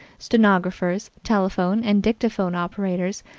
stenographers, telephone and dictaphone operators,